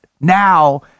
Now